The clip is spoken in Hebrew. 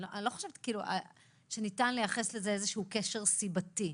אני לא חושבת שניתן לייחס לזה איזשהו קשר סיבתי.